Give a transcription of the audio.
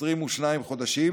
22 חודשים,